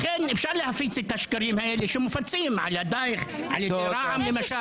אז אפשר להפיץ את השקרים האלה שמופצים על ידך ועל ידי רע"ם למשל,